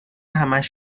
همش